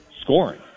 scoring